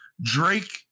Drake